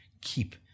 keep